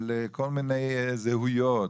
על כל מיני זהויות,